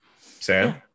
Sam